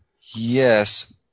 Yes